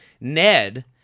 Ned